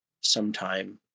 sometime